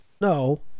no